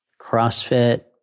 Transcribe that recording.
CrossFit